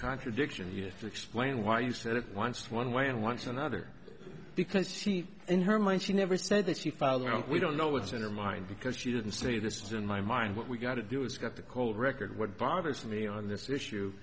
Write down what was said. contradiction here to explain why you said it once one way and wants another because she in her mind she never said that she found out we don't know what's in the mind because she didn't say this is in my mind what we got to do is get the cold record what bothers me on this issue